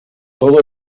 todos